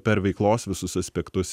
per veiklos visus aspektus